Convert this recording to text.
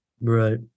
right